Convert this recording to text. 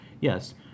yes